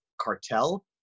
Cartel